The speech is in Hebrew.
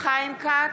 חיים כץ,